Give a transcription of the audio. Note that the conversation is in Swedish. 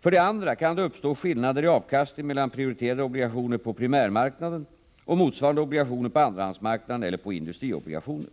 För det andra kan det uppstå skillnader i avkastning mellan prioriterade obligationer på primärmarknaden och motsvarande obligationer på andrahandsmarknaden eller på industriobligationer.